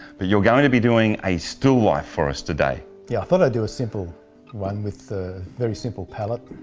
but you're going to be doing a still life for us today. yeah, i thought i'd so a simple one with a very simple palette.